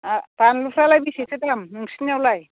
आ बानलुफ्रालाय बेसेथो दाम नोंसिनियावलाय